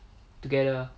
together